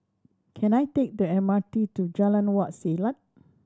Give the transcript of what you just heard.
can I take the M R T to Jalan Wak Selat